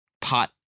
Pot